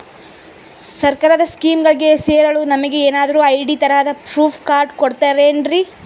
ಸರ್ಕಾರದ ಸ್ಕೀಮ್ಗಳಿಗೆ ಸೇರಲು ನಮಗೆ ಏನಾದ್ರು ಐ.ಡಿ ತರಹದ ಪ್ರೂಫ್ ಕಾರ್ಡ್ ಕೊಡುತ್ತಾರೆನ್ರಿ?